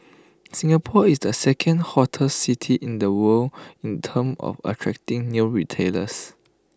Singapore is the second hottest city in the world in terms of attracting new retailers